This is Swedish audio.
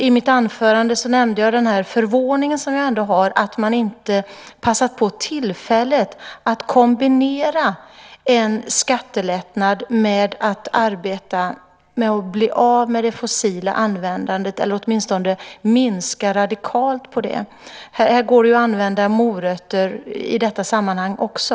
I mitt anförande nämnde jag min förvåning över att man inte passat på tillfället att kombinera en skattelättnad med att arbeta för att bli av med användandet av det fossila, eller att åtminstone minska radikalt på det. Det går att använda morötter i detta sammanhang också.